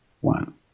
one